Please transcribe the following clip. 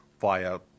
via